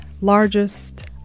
largest